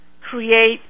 create